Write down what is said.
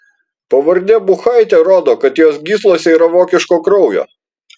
pavardė buchaitė rodo kad jos gyslose yra vokiško kraujo